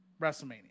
Wrestlemania